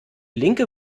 linke